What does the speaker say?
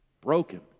broken